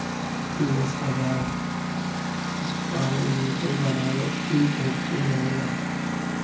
दस हजार square metre बराबर एक हेक्टेयर होला